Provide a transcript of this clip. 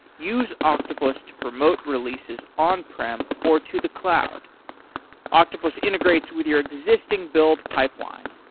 use octopus to promote releases on prim or to the cloud octopus integrates with your existing build pipeline.